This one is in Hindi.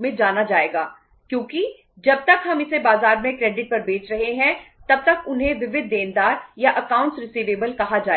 मिल जाएगा